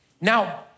Now